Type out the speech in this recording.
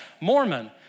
Mormon